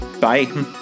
Bye